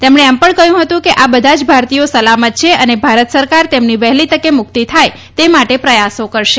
તેમણે એમ કહ્યું હતું કે આ બધા જ ભારતીયો સલામત છે અને ભારત સરકાર તેમની વહેલી તકે મુક્તિ થાય તે માટે પ્રયાસો કરશે